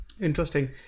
Interesting